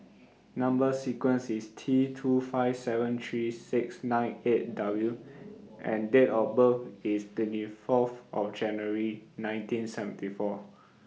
Number sequence IS T two five seven three six nine eight W and Date of birth IS twenty Fourth of January nineteen seventy four